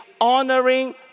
honoring